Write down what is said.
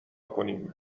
کنیم